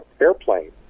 airplane